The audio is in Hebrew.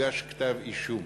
3. אם כן, מתי יוגש כתב-אישום?